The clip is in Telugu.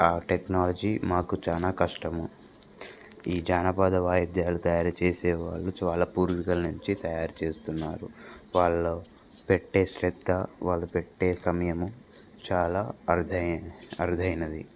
ఆ టెక్నాలజీ మాకు చాలా కష్టము ఈ జానపద వాయిద్యాలు తయారు చేసేవాళ్ళు వాళ్ళ పూర్వీకుల నుంచి తయారు చేస్తున్నారు వాళ్ళ పెట్టే శ్రద్ధ వాళ్ళు పెట్టే సమయము చాలా అరుదు అరుదైనది